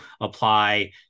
apply